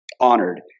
honored